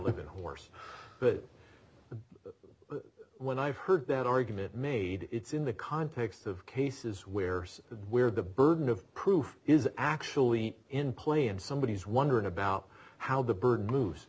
living horse good but when i've heard that argument made it's in the context of cases where the where the burden of proof is actually in play and somebody is wondering about how the bird moves